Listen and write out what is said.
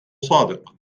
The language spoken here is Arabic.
صادق